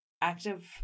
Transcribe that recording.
Active